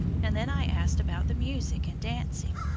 and then i asked about the music and dancing.